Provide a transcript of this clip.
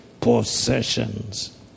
possessions